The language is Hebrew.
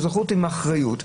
אזרחות עם אחריות,